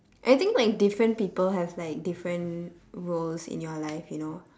I think like different people have like different roles in your life you know